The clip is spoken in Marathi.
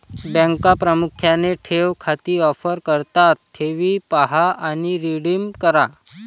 बँका प्रामुख्याने ठेव खाती ऑफर करतात ठेवी पहा आणि रिडीम करा